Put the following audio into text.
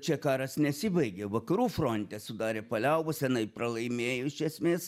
čia karas nesibaigė vakarų fronte sudarė paliaubas tenai pralaimėjo iš esmės